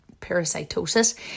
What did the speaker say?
parasitosis